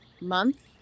month